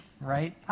right